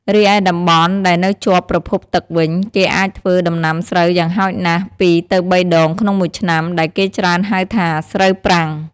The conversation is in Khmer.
រីឯតំបន់ដែលនៅជាប់ប្រភពទឹកវិញ គេអាចធ្វើដំណាំស្រូវយ៉ាងហោចណាស់ពីរទៅបីដងក្នុងមួយឆ្នាំ ដែលគេច្រើនហៅថាស្រូវប្រាំង។